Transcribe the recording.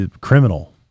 criminal